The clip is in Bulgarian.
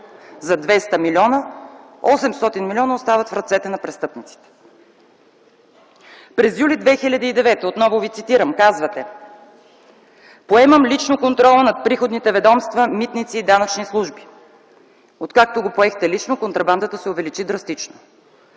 за 200 милиона, 800 милиона остават в ръцете на престъпниците. През юли 2009 г., отново Ви цитирам, казвате: „Поемам лично контрола над приходните ведомства, митници и данъчни служби.” Откакто го поехте лично, контрабандата се увеличи драстично.